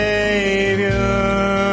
Savior